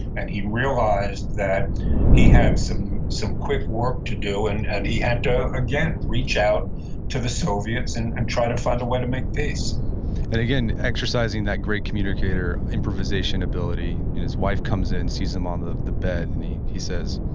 and he realized that he had some some quick work to do. and and he had to again, reach out to the soviets and and try to find a way to make peace and again, exercising that great communicator improvisation ability, his wife comes in, sees him on the the bed, and he he says,